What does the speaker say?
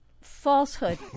Falsehood